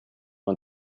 man